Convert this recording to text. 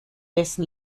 dessen